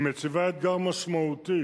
היא מציבה אתגר משמעותי